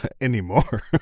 anymore